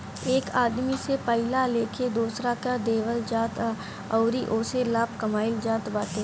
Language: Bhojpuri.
एक आदमी से पइया लेके दोसरा के देवल जात ह अउरी ओसे लाभ कमाइल जात बाटे